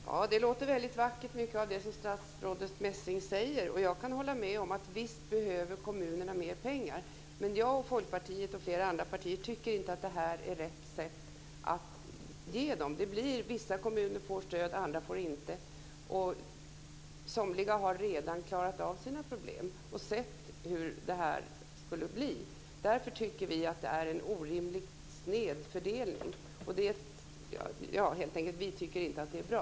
Fru talman! Det låter väldigt vackert, mycket av det som statsrådet Messing säger. Jag kan hålla med: Visst behöver kommunerna mer pengar. Men jag och Folkpartiet, och flera andra partier, tycker inte att det här är rätt sätt att ge dem. Det blir så att vissa kommuner får stöd och andra inte. Somliga har redan klarat av sina problem och sett hur det skulle bli. Därför tycker vi att det blir en orimlig snedfördelning. Vi tycker inte att det är bra.